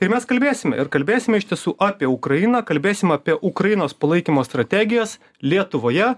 ir mes kalbėsime ir kalbėsime iš tiesų apie ukrainą kalbėsim apie ukrainos palaikymo strategijas lietuvoje